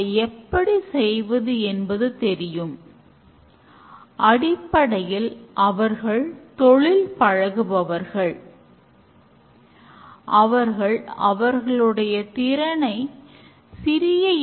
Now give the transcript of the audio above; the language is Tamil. அதற்கான தீர்வானது 10 15 நிமிடங்களில் விவாதிக்கப்பட்டு பின்னர் அவர்களுக்கான வேலையை ஆரம்பிப்பார்கள்